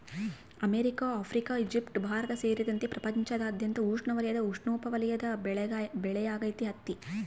America Africa Egypt Bharat ಸೇರಿದಂತೆ ಪ್ರಪಂಚದಾದ್ಯಂತ ಉಷ್ಣವಲಯದ ಉಪೋಷ್ಣವಲಯದ ಬೆಳೆಯಾಗೈತಿ ಹತ್ತಿ